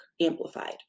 amplified